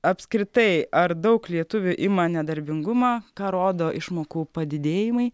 apskritai ar daug lietuvių ima nedarbingumą ką rodo išmokų padidėjimai